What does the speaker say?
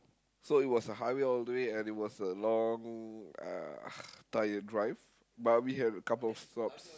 so it was a highway all the way and it was a long uh tired drive but we had a couple of stops